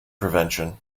prevention